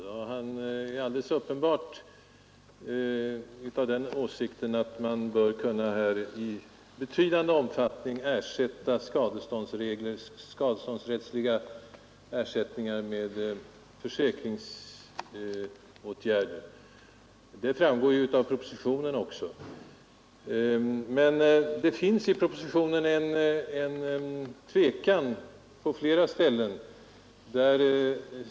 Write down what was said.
Statsrådet är alldeles uppenbart av den åsikten att man här i betydande omfattning bör kunna utbyta skadeståndsrättsliga ersättningar mot försäkringsåtgärder. Detta framgår också av propositionen. Men det finns likväl i propositionen en tydlig tvekan om saken och detta på flera ställen.